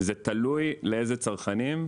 זה תלוי לאיזה צרכנים.